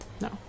No